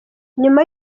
nyuma